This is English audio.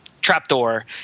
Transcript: trapdoor